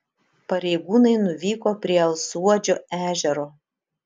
pareigūnai nuvyko prie alsuodžio ežero